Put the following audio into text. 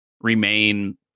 remain